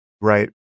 right